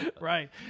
Right